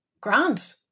Grant